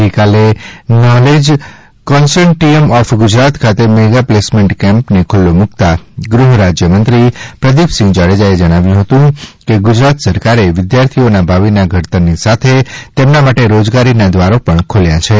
ગઈકાલે knowledge consortium of Gujarat ખાતે mega placement કેમ્પને ખૂલ્લો મૂકતાં ગૃહરાજ્યમંત્રી પ્રદીપસિંહ જાડેજાએ જણાવ્યું હતું કે ગુજરાત સરકારે વિદ્યાર્થીઓના ભાવિના ઘડતરની સાથે તેમના માટે રોજગારીના દ્વારો પણ ખૂલ્યા છે